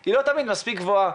היא לא תמיד מספיק גבוהה.